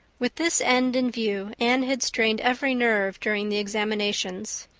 with this end in view anne had strained every nerve during the examinations.